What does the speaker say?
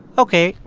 ok,